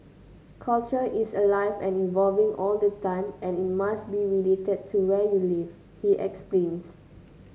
culture is alive and evolving all the time and it must be related to where you live he explains